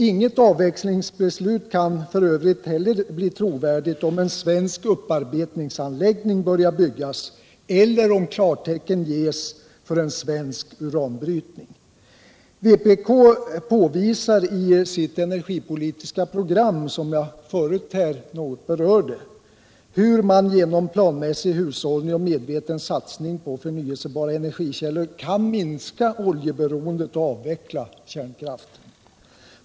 Inget avvecklingsbeslut kan f. ö. heller bli trovärdigt om en svensk upparbetningsanläggning börjar byggas eller om klartecken ges för svensk uranbrytning och uranexport. Vpk påvisar i sitt energipolitiska program, som jag förut här något berörde, hur man genom planmässig hushållning och medveten satsning på förnyelsebara energikällor kan minska oljeberoendet och avveckla kärnkraften.